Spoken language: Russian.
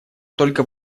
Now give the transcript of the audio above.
только